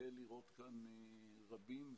שנזכה לראות כאן רבים ובמהרה.